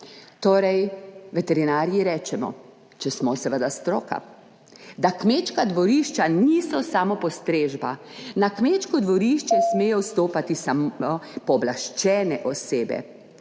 Torej, veterinarji rečemo, če smo seveda stroka, da kmečka dvorišča niso samopostrežba. Na kmečko dvorišče smejo vstopati samo pooblaščene osebe.